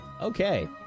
Okay